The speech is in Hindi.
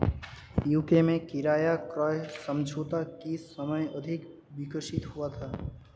यू.के में किराया क्रय समझौता किस समय अधिक विकसित हुआ था?